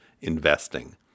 investing